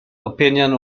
opinion